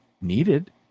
needed